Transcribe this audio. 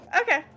Okay